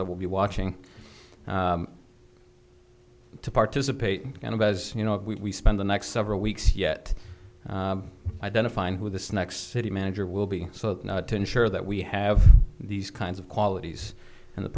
that will be watching to participate and of as you know we spend the next several weeks yet identifying who this next city manager will be so to ensure that we have these kinds of qualities in the